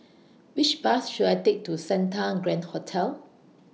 Which Bus should I Take to Santa Grand Hotel